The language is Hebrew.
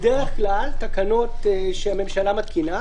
בדרך כלל תקנות שהממשלה מתקינה,